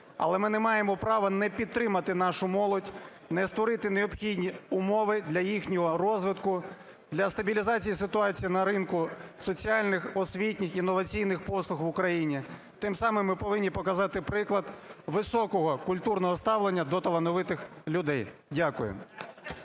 Але ми не маємо права не підтримати нашу молодь, не створити необхідні умови для їхнього розвитку, для стабілізації ситуації на ринку, соціальних, освітніх, інноваційних послуг в Україні. Тим самим ми повинні показати приклад високого культурного ставлення до талановитих людей. Дякую.